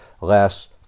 less